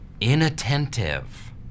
Inattentive